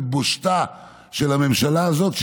לבושתה של הממשלה הזאת,